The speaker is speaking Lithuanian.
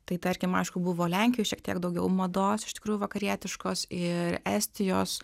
tai tarkim aišku buvo lenkijoj šiek tiek daugiau mados iš tikrųjų vakarietiškos ir estijos